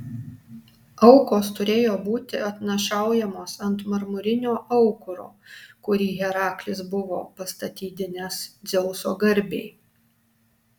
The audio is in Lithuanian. aukos turėjo būti atnašaujamos ant marmurinio aukuro kurį heraklis buvo pastatydinęs dzeuso garbei